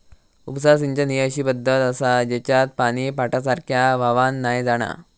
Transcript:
उपसा सिंचन ही अशी पद्धत आसा जेच्यात पानी पाटासारख्या व्हावान नाय जाणा